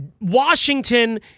Washington